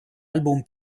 album